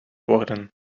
worden